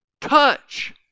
Touch